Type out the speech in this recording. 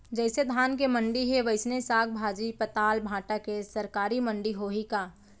जइसे धान के मंडी हे, वइसने साग, भाजी, पताल, भाटा के सरकारी मंडी होही का?